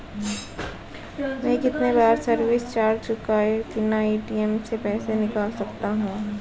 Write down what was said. मैं कितनी बार सर्विस चार्ज चुकाए बिना ए.टी.एम से पैसे निकाल सकता हूं?